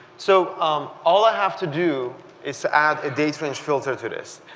so all i have to do is to ad a data and filter to this.